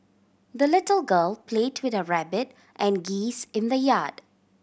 the little girl play with her rabbit and geese in the yard